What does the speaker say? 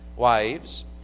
Wives